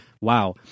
Wow